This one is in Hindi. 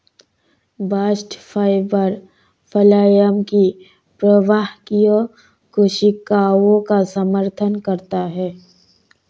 बास्ट फाइबर फ्लोएम की प्रवाहकीय कोशिकाओं का समर्थन करता है